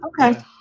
Okay